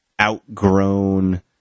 outgrown